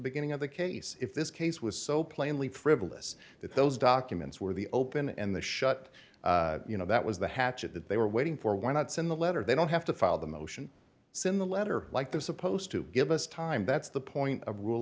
beginning of the case if this case was so plainly frivolous that those documents were the open and the shut you know that was the hatchet that they were waiting for why not send the letter they don't have to file the motion sim the letter like they're supposed to give us time that's the point of rule